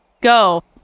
Go